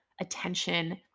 attention